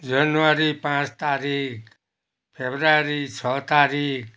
जनवरी पाँच तारिक फरवरी छ तारिक